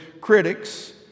critics